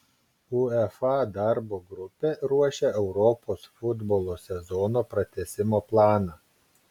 uefa darbo grupė ruošia europos futbolo sezono pratęsimo planą